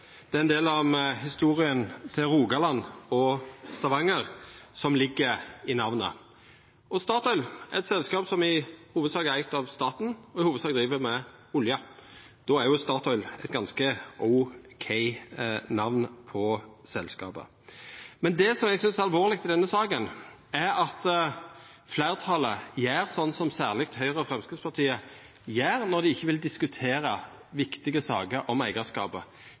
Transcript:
det er ein del av historia til Rogaland og Stavanger som ligg i namnet. Statoil er eit selskap som i hovudsak er eigt av staten, og i hovudsak driv med olje, og då er jo Statoil eit ganske ok namn på selskapet. Men det som eg synest er alvorleg i denne saka, er at fleirtalet gjer slik som særleg Høgre og Framstegspartiet gjer når dei ikkje vil diskutera viktige saker om eigarskapet;